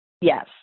Yes